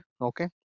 Okay